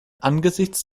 angesichts